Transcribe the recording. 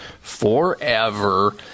forever